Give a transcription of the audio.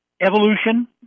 evolution